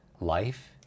life